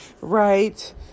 Right